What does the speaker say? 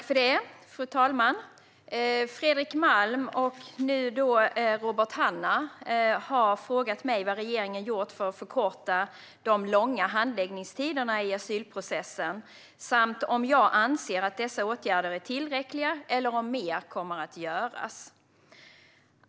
Fru talman! Fredrik Malm och nu även Robert Hannah har frågat mig vad regeringen gjort för att förkorta de långa handläggningstiderna i asylprocessen samt om jag anser att dessa åtgärder är tillräckliga eller om mer kommer att göras.